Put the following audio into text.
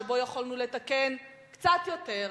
שבו יכולנו לתקן קצת יותר,